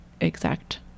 exact